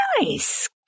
Nice